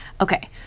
okay